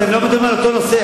אתם לא מדברים על אותו נושא.